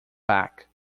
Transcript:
back